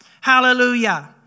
Hallelujah